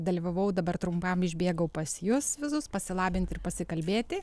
dalyvavau dabar trumpam išbėgau pas jus visus pasilabinti ir pasikalbėti